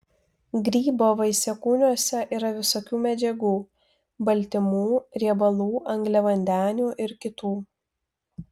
grybo vaisiakūniuose yra visokių medžiagų baltymų riebalų angliavandenių ir kitų